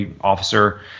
officer